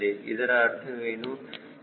ಇದರ ಅರ್ಥವೇನು